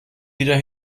wieder